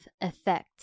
Effect